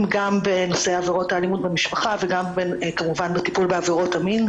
בעבירות של אלימות במשפחה ועבירות מין.